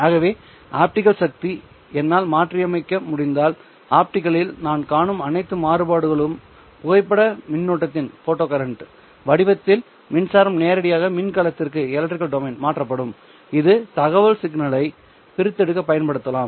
ஆகவே ஆப்டிகல் சக்தியை என்னால் மாற்றியமைக்க முடிந்தால் ஆப்டிகலில் நான் காணும் அனைத்து மாறுபாடுகளும் புகைப்பட மின்னோட்டத்தின் வடிவத்தில் மின்சாரம் நேரடியாக மின் களத்திற்கு மாற்றப்படும் இது தகவல் சிக்னலை பிரித்தெடுக்க பயன்படுத்தலாம்